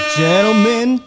gentlemen